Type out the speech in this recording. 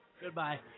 Goodbye